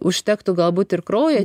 užtektų galbūt ir kraujo